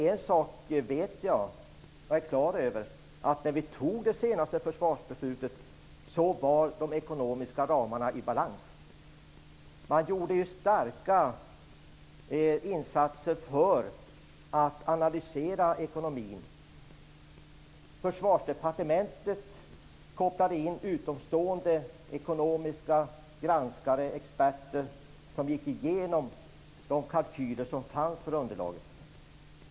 En sak vet jag, nämligen att ekonomin var i balans när vi fattade det senaste försvarsbeslutet. Man gjorde starka insatser för att analysera ekonomin. Försvarsdepartementet kopplade in utomstående ekonomiska granskare, experter som gick igenom de kalkyler som fanns för underlaget.